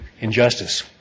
Injustice